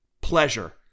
pleasure